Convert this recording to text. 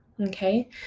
Okay